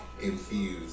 infused